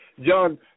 John